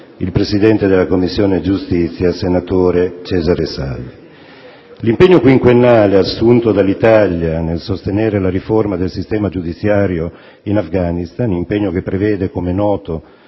il presidente della Commissione giustizia senatore Cesare Salvi. L'impegno quinquennale assunto dall'Italia nel sostenere la riforma del sistema giudiziario in Afghanistan, impegno che prevede, come è noto,